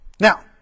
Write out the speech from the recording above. now